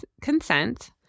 consent